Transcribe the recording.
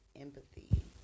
empathy